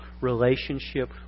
relationship